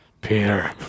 Peter